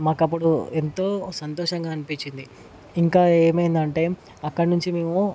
మాకు అప్పుడు ఎంతో సంతోషంగా అనిపించింది ఇంకా ఏమైందేంటి అక్కడి నుంచి మేము